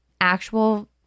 actual